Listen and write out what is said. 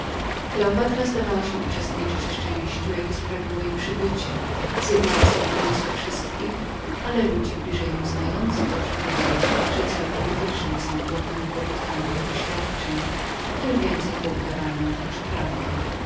kleopatra zdawała się uczestniczyć w szczęściu jakie sprawiło jej przybycie zjednała sobie umysły wszystkich ale ludzie bliżej ją znający dobrze widzieli że cele polityczne były głównemi pobudkami tych oświadczeń w których więcej było udawania niż prawdy